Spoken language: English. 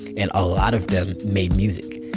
and a lot of them made music.